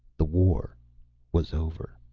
the war was over.